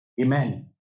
Amen